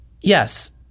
Yes